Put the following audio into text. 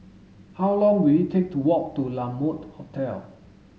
how long will it take to walk to La Mode Hotel